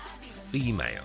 Female